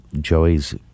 Joey's